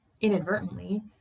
inadvertently